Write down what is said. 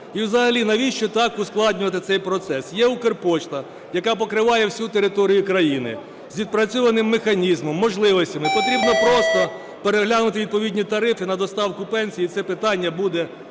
І взагалі навіщо так ускладнювати цей процес? Є Укрпошта, яка покриває всю територію країни, з відпрацьованим механізмом, можливостями, потрібно просто переглянути відповідні тарифи на доставку пенсій і це питання буде